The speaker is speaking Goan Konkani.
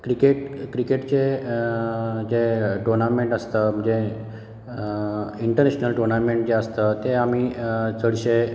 क्रिकेट क्रिकेटचें जे टोर्नामेंट आसता म्हणजे इंटरनॅशनल टोर्नामेंट जे आसता ते आमी चडशे